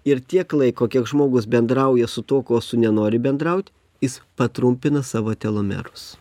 ir tiek laiko kiek žmogus bendrauja su tuo kuo su nenori bendrauti jis patrumpina savo telomerus